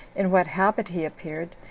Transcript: in what habit he appeared,